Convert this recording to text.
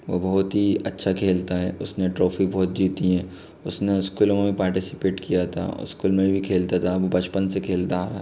वो बहुत ही अच्छा खेलता है उसने ट्रॉफ़ी बहुत जीती हैं उसने स्कूलों में भी पार्टिसिपेट किया था और स्कूल में भी खेलता था वो बचपन से खेलता आ रहा है